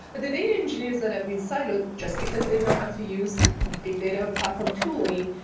but the data engineers that have been siloed, just because they know how to use big data platform tooling,